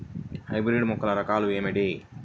Hybrid మొక్కల రకాలు ఏమిటీ?